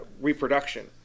reproduction